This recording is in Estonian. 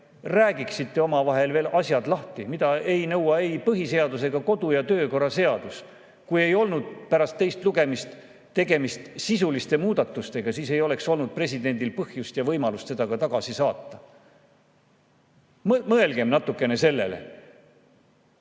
räägiksite omavahel veel asjad lahti. Seda ei nõua ei põhiseadus ega kodu- ja töökorra seadus. Kui ei olnud pärast teist lugemist tegemist sisuliste muudatustega, siis ei oleks olnud presidendil põhjust ja võimalust seda ka tagasi saata. Mõelgem natukene sellele.